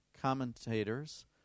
commentators